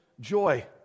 joy